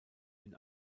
den